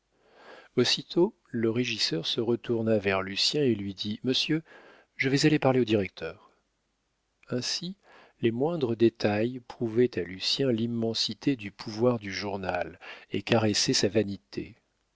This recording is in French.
aussitôt le régisseur se retourna vers lucien et lui dit monsieur je vais aller parler au directeur ainsi les moindres détails prouvaient à lucien l'immensité du pouvoir du journal et caressaient sa vanité